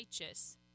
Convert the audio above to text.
righteous